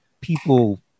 people